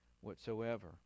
whatsoever